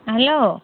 hello